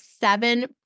seven